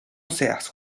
seas